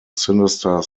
sinister